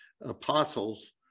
apostles